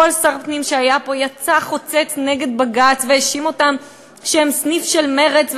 כל שר פנים שהיה פה יצא חוצץ נגד בג"ץ והאשים אותם שהם סניף של מרצ,